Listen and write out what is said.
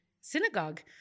synagogue